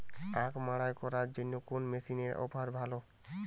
আখ মাড়াই করার জন্য কোন মেশিনের অফার ভালো?